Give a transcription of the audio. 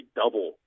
double